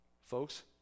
Folks